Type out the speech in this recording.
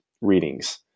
readings